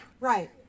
Right